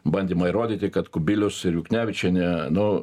bandymo įrodyti kad kubilius ir juknevičienė nu